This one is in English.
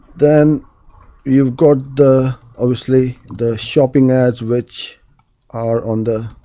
then you've got the, obviously the shopping ads, which are on the